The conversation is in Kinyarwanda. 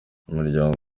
umuryango